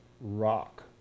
rock